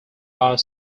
are